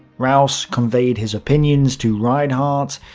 raus conveyed his opinions to reinhardt,